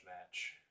match